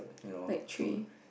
like three